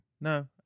No